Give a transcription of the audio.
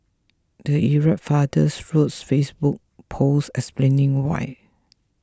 the irate father wrote a Facebook post explaining why